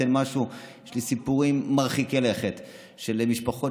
יש לי סיפורים מרחיקי לכת של משפחות